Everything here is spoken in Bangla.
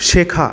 শেখা